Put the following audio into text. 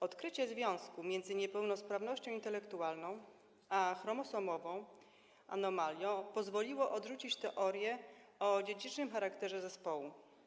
Odkrycie związku między niepełnosprawnością intelektualną a chromosomową anomalią pozwoliło odrzucić teorię o dziedzicznym charakterze zespołu.